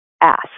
ask